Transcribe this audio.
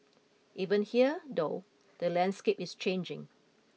even here though the landscape is changing